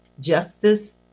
justice